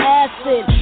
acid